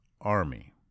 army